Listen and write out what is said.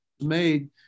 made